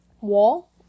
wall